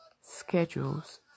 schedules